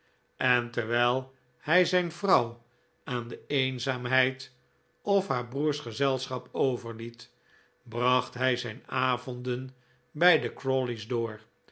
en terwijl hij zijn vrouw aan de eenzaamheld of haar broers gezelschap overliet bracht hij zijn avonden bij de crawley's door